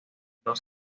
dos